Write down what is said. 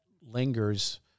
lingers